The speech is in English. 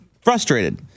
frustrated